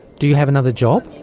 do you have another job?